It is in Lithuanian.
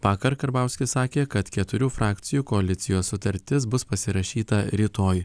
vakar karbauskis sakė kad keturių frakcijų koalicijos sutartis bus pasirašyta rytoj